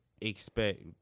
expect